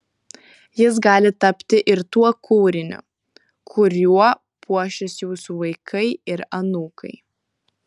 jis gali tapti ir tuo kūriniu kuriuo puošis jūsų vaikai ir anūkai